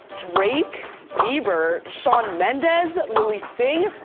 drake, bieber, shawn mendes, lilly singh,